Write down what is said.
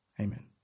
Amen